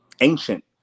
ancient